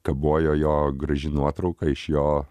kabojo jo graži nuotrauka iš jo